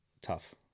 tough